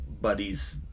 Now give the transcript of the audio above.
buddies